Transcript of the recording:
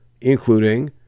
including